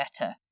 better